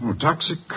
toxic